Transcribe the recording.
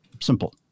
Simple